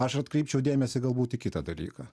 aš atkreipčiau dėmesį galbūt į kitą dalyką